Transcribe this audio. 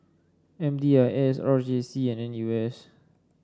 M D I S R J C and N U S